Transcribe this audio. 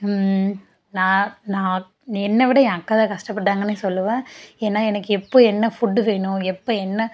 நான் நான் அக் என்னை விட ஏன் அக்கா தான் கஷ்டப்பட்டாங்கனே சொல்லுவேன் ஏன்னா எனக்கு எப்போ என்ன ஃபுட் வேணும் எப்போ என்ன